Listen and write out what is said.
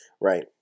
Right